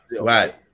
right